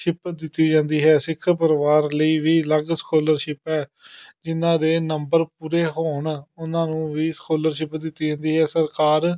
ship ਦਿੱਤੀ ਜਾਂਦੀ ਹੈ ਸਿੱਖ ਪਰਿਵਾਰ ਲਈ ਵੀ ਅਲੱਗ ਸਕੋਲਰਸ਼ਿਪ ਹੈ ਜਿੰਨਾਂ ਦੇ ਨੰਬਰ ਪੂਰੇ ਹੋਣ ਉਹਨਾਂ ਨੂੰ ਵੀ ਸਕੋਲਰਸ਼ਿਪ ਦਿੱਤੀ ਜਾਂਦੀ ਹੈ ਸਰਕਾਰ